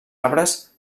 arbres